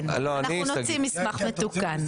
כן, אנחנו נוציא מסמך מתוקן.